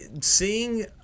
seeing